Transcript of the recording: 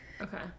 okay